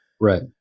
right